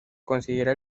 considera